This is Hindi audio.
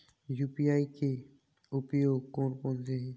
यू.पी.आई के उपयोग कौन कौन से हैं?